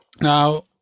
Now